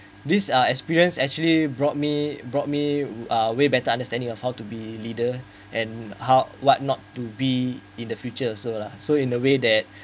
these are experience actually brought me brought me uh way better understanding of how to be leader and how what not to be in the future also lah so in a way that